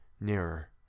nearer